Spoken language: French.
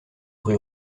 rue